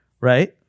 Right